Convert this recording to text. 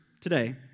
today